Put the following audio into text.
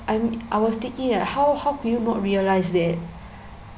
I was thinking like how how could you not realize that